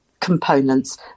components